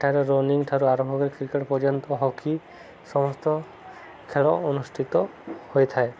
ସେଠାରେ ରନିଙ୍ଗଠାରୁ ଆରମ୍ଭ କରି କ୍ରିକେଟ ପର୍ଯ୍ୟନ୍ତ ହକି ସମସ୍ତ ଖେଳ ଅନୁଷ୍ଠିତ ହୋଇଥାଏ